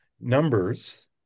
Numbers